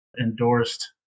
endorsed